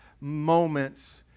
moments